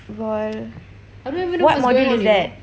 LOL what module is that